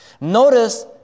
Notice